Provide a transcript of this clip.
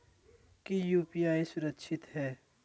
की यू.पी.आई सुरक्षित है?